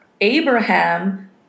Abraham